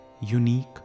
unique